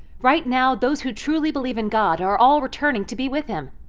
right now, those who truly believe in god are all returning to be with him.